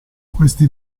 questi